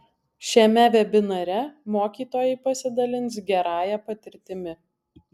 šiame vebinare mokytojai pasidalins gerąja patirtimi